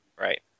right